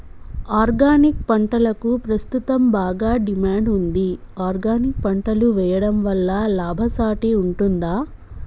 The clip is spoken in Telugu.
ఆర్గానిక్ పంటలకు ప్రస్తుతం బాగా డిమాండ్ ఉంది ఆర్గానిక్ పంటలు వేయడం వల్ల లాభసాటి ఉంటుందా?